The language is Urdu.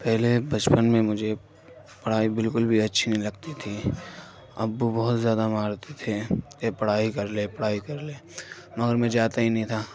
پہلے بچپن میں مجھے پڑھائی بالکل بھی اچھی نہیں لگتی تھی ابو بہت زیادہ مارتے تھے کہ پڑھائی کر لے پڑھائی کر لے مگر میں جاتا ہی نہیں تھا